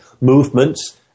movements